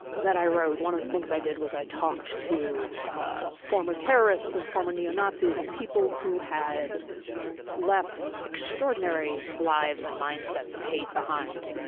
that i wrote, one of the things that i did was i talked to former terrorists and former neo-nazis and people who had left extraordinary lives and mindsets of hate behind,